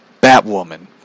Batwoman